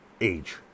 age